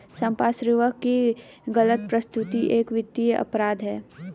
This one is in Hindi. संपार्श्विक की गलत प्रस्तुति एक वित्तीय अपराध है